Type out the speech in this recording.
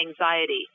anxiety